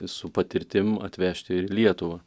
su patirtim atvežti į lietuvą